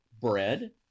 bread